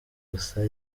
gusa